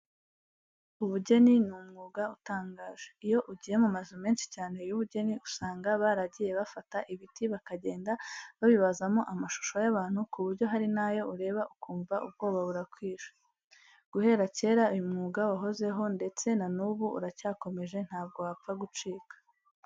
Ubugeni ni umwuga utangaje. Iyo ugiye mu mazu menshi cyane y'ubugeni usanga baragiye bafata ibiti bakagenda babibazamo amashusho y'abantu ku buryo hari n'ayo ureba ukumva ubwoba burakwishe. Guhera kera uyu mwuga wahozeho ndetse na n'ubu uracyakomeje ntabwo wapfa gucika.